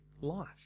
life